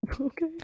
Okay